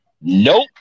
Nope